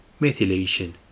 methylation